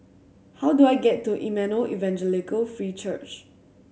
how do I get to Emmanuel Evangelical Free Church